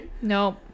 Nope